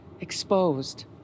exposed